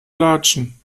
latschen